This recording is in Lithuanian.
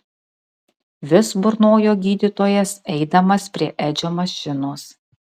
vis burnojo gydytojas eidamas prie edžio mašinos